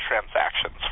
transactions